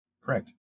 Correct